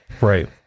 Right